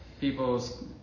people's